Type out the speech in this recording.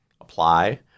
apply